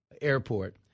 airport